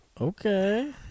Okay